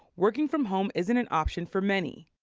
working from home isn't an option for many.